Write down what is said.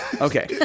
Okay